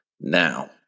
Now